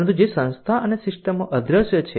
પરંતુ જે સંસ્થા અને સિસ્ટમો અદ્રશ્ય છે